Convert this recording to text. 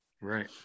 Right